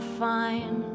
fine